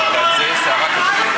כל הכבוד.